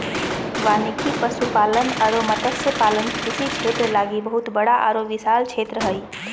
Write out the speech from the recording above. वानिकी, पशुपालन अरो मत्स्य पालन कृषि क्षेत्र लागी बहुत बड़ा आरो विशाल क्षेत्र हइ